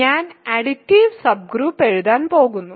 ഞാൻ additive subgroup എഴുതാൻ പോകുന്നു